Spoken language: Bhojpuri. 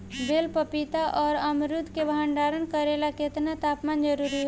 बेल पपीता और अमरुद के भंडारण करेला केतना तापमान जरुरी होला?